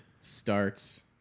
starts